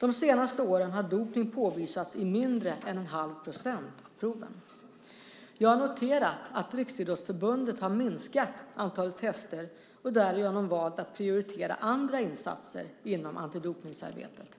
De senaste åren har dopning påvisats i mindre än 1⁄2 procent av proven. Jag har noterat att Riksidrottsförbundet har minskat antalet tester och därigenom valt att prioritera andra åtgärder inom antidopningsarbetet.